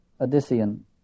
Odyssean